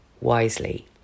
wisely